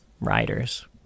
riders